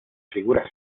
figuras